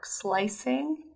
slicing